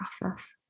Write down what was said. process